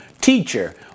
teacher